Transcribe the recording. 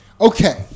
Okay